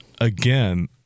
Again